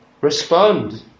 respond